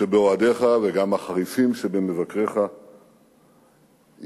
שבאוהדיך וגם החריפים שבמבקריך יסכימו